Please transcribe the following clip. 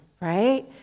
right